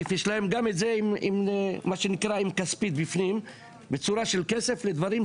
פשוט השבעים באון ליין יארזו להם את זה בשקיות רב פעמי.